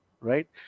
right